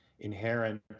inherent